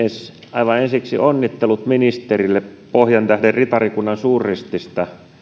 aivan ensiksi onnittelut ministerille pohjantähden ritarikunnan suurrististä